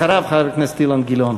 אחריו, חבר הכנסת אילן גילאון.